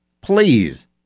Please